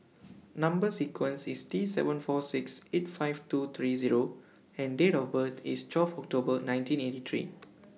Number sequence IS T seven four six eight five two three Zero and Date of birth IS twelve October nineteen eighty three